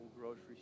grocery